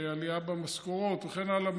העלייה במשכורות וכן הלאה,